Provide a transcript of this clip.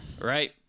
Right